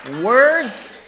words